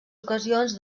ocasions